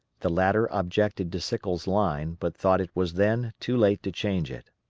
the latter objected to sickles' line, but thought it was then too late to change it.